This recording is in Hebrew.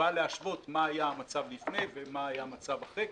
שבא להשוות מה היה המצב לפני ומה היה המצב אחרי,